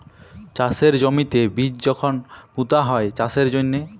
চাষের জমিতে বীজ যখল পুঁতা হ্যয় চাষের জ্যনহে